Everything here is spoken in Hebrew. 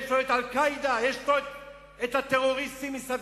יש לו את "אל-קאעידה", יש לו את הטרוריסטים מסביב.